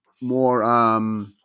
more